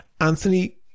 Anthony